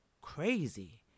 crazy